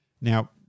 Now